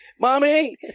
mommy